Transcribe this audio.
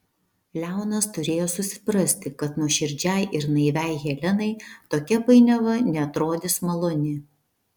leonas turėjo susiprasti kad nuoširdžiai ir naiviai helenai tokia painiava neatrodys maloni